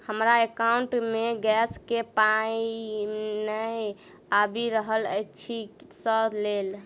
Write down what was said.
हमरा एकाउंट मे गैस केँ पाई नै आबि रहल छी सँ लेल?